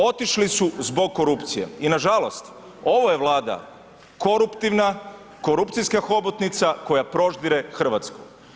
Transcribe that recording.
Otišli su zbog korupcije i nažalost ova je Vlada koruptivna, korupcijska hobotnica koja proždire Hrvatsku.